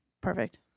perfect